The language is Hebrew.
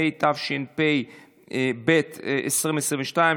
התשפ"ב 2022,